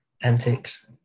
antics